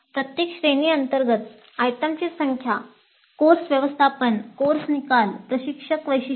प्रत्येक श्रेणी अंतर्गत आयटमची संख्या कोर्स व्यवस्थापन कोर्स निकाल प्रशिक्षक वैशिष्ट्ये